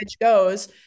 goes